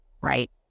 right